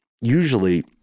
usually